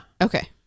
Okay